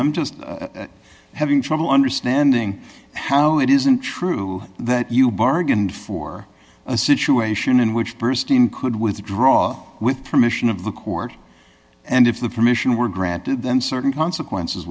i'm just having trouble understanding how it isn't true that you bargained for a situation in which burstein could withdraw with permission of the court and if the permission were granted then certain consequences